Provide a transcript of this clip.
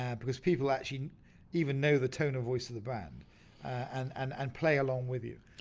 yeah because people actually even know the tone of voice of the brand and and and play along with you.